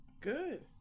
Good